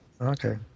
Okay